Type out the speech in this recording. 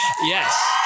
Yes